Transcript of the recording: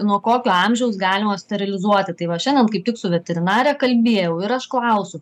nuo kokio amžiaus galima sterilizuoti tai va šiandien kaip tik su veterinare kalbėjau ir aš klausiu